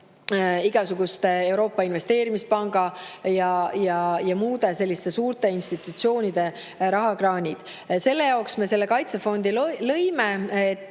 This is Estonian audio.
ka Euroopa Investeerimispanga ja muude selliste suurte institutsioonide rahakraanid. Selle jaoks me selle kaitsefondi lõime, et